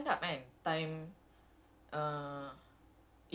my goodness okay so that one